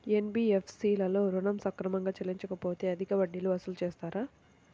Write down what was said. NBFC లలో ఋణం సక్రమంగా చెల్లించలేకపోతె అధిక వడ్డీలు వసూలు చేస్తారా?